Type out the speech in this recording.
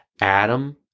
Adam